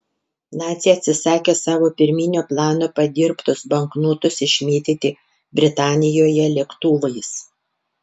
naciai atsisakė savo pirminio plano padirbtus banknotus išmėtyti britanijoje lėktuvais